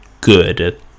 good